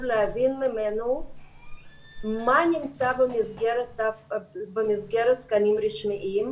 להבין ממנו מה נמצא במסגרת תקנים רשמיים,